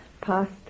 past